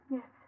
Yes